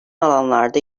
alanlarda